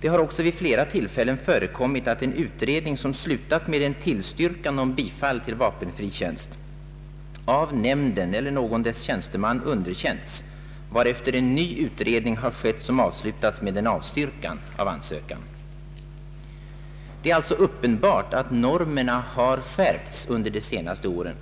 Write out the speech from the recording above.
Det har också vid flera tillfällen förekommit att en utredning, som slutat med tillstyrkan om bifall till vapenfri tjänst, av vapenfrinämnden eller någon dess tjänsteman underkänts, varefter en ny utredning har gjorts som avslutats med en avstyrkan av ansökningen. Det är alltså uppenbart att normerna har skärpts under de senaste åren.